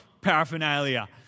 paraphernalia